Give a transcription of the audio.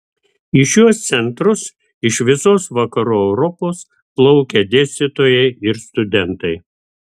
į šiuos centrus iš visos vakarų europos plaukė dėstytojai ir studentai